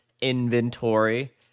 inventory